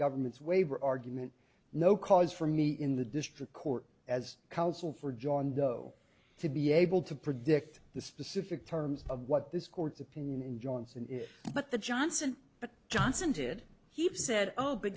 government's waiver argument no cause for me in the district court as counsel for john doe to be able to predict the specific terms of what this court's opinion in johnson is but the johnson but johnson did he said oh